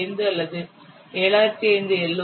5 அல்லது 7005 எல்